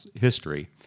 history